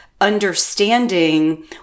understanding